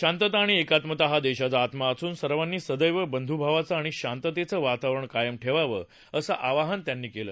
शांतता आणि एकात्मता हा देशाचा आत्मा असून सर्वांनी सदक्ष मंधुभावाचं आणि शांततेचं वातावरण कायम ठेवावं असं आवाहन त्यांनी केलं